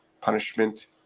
Punishment